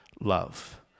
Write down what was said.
love